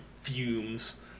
fumes